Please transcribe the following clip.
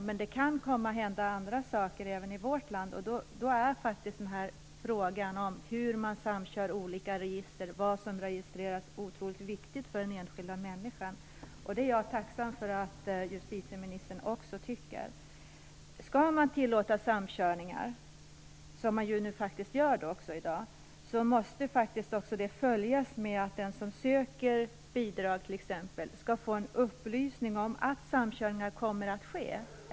Men även i vårt land kan det komma att hända saker, och då är frågan om hur man samkör olika register och vad som registreras otroligt viktig för den enskilda människan. Jag är tacksam för att också justitieministern tycker det. Skall man tillåta samkörning, vilket man ju faktiskt gör i dag, måste det åtföljas av att den som t.ex. söker bidrag får en upplysning om att samkörningar kan komma att ske.